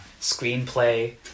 screenplay